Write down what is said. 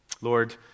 Lord